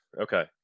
Okay